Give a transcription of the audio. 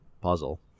puzzle